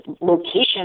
location